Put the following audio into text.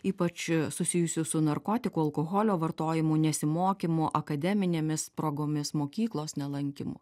ypač susijusių su narkotikų alkoholio vartojimu nesimokymu akademinėmis progomis mokyklos nelankymu